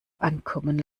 ankommen